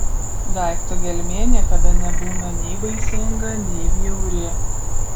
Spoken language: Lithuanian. daikto gelmė niekada nebūna nei baisinga nei bjauri